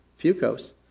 fucose